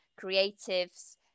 creatives